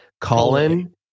Colin